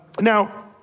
Now